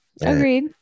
Agreed